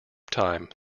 time